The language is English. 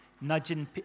Nudging